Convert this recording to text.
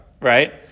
right